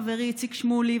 חברי איציק שמולי,